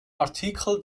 artikel